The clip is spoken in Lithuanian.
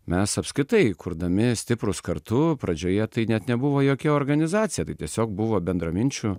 mes apskritai kurdami stiprūs kartu pradžioje tai net nebuvo jokia organizacija tai tiesiog buvo bendraminčių